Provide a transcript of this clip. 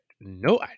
no